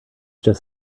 just